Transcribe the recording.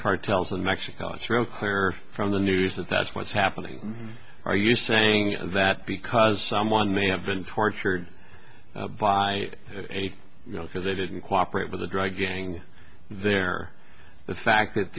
cartels in mexico it's real clear from the news that that's what's happening are you saying that because someone may have been tortured by a because they didn't cooperate with the drug gang there the fact that